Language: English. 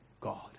God